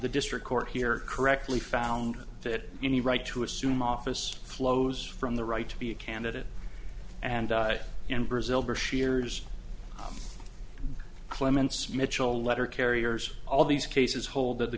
the district court here correctly found that any right to assume office flows from the right to be a candidate and in brazil bush years clements mitchell letter carriers all these cases hold that the